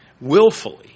willfully